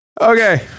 Okay